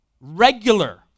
regular